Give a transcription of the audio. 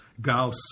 Gauss